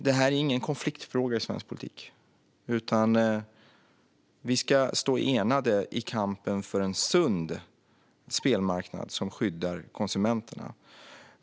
Det här är ingen konfliktfråga i svensk politik, utan vi ska stå enade i kampen för en sund spelmarknad som skyddar konsumenterna.